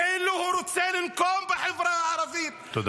כאילו הוא רוצה לנקום בחברה הערבית -- תודה רבה.